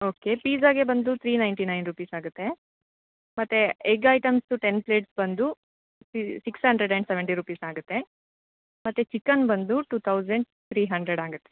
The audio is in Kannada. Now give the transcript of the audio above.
ಓಕೆ ಪೀಝಾಗೆ ಬಂದು ತ್ರೀ ನೈಟಿ ನೈನ್ ರುಪೀಸ್ ಆಗುತ್ತೆ ಮತ್ತು ಎಗ್ ಐಟೆಮ್ಸ್ದು ಟೆನ್ ಪ್ಲೇಟ್ಸ್ ಬಂದು six hundred and seventy rupees ಆಗುತ್ತೆ ಮತ್ತು ಚಿಕನ್ ಬಂದು ಟೂ ತೌಸಂಡ್ ತ್ರೀ ಹಂಡ್ರೆಡ್ ಆಗುತ್ತೆ